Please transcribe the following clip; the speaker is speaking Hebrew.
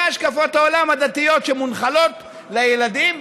השקפות העולם הדתיות שמונחלות לילדים,